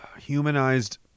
humanized